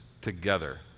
together